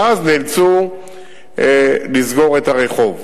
ואז נאלצו לסגור את הרחוב.